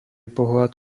pohľad